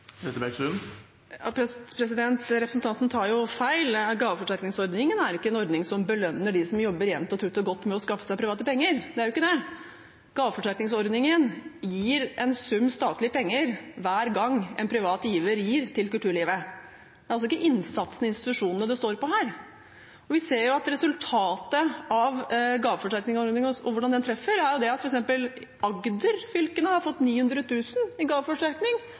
Representanten tar jo feil. Gaveforsterkningsordningen er ikke en ordning som belønner dem som jobber jevnt og trutt og godt med å skaffe seg private penger. Det er ikke det. Gaveforsterkningsordningen gir en sum statlige penger hver gang en privat giver gir til kulturlivet. Det er altså ikke innsatsen i institusjonene det står på her. Og vi ser at resultatet av gaveforsterkningsordningen og hvordan den treffer, er at f.eks. Agder-fylkene har fått 900 000 kr i gaveforsterkning